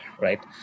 Right